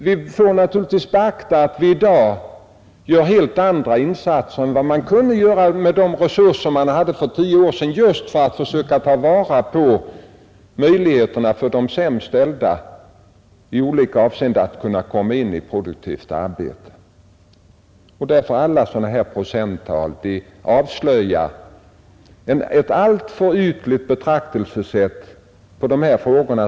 Vi får naturligtvis beakta att vi i dag gör helt andra insatser än man kunde göra med de resurser man hade för tio år sedan när det gäller att ge de sämst ställda möjligheter att komma in i produktivt arbete. Anför man sådana här procenttal avslöjar man ett alltför ytligt betraktelsesätt när det gäller dessa frågor.